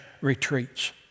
retreats